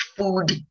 food